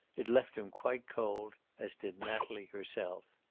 it left him quite cold, as did natalie herself.